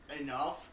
enough